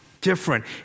different